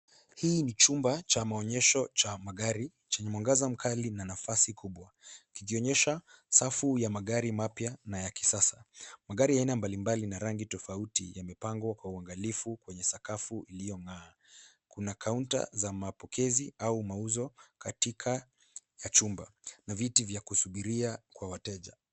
Hii ni chumba cha maonyesho cha magari chenye mwangaza mkali na nafasi kubwa, kikionyesha safu ya magari mapya na ya kisasa. Magari ya aina mbalimbali na rangi tofauti yamepangwa kwa uangalifu kwenye sakafu iliyong’aa. Kuna kaunta za mapokezi au mauzo katikati ya chumba na viti vya kusubiria kwa wateja.